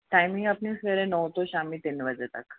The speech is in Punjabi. ਟਾਈਮਿੰਗ ਆਪਣੀ ਸਵੇਰੇ ਨੌ ਤੋਂ ਸ਼ਾਮੀ ਤਿੰਨ ਵਜੇ ਤੱਕ